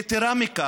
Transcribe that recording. יתרה מזו,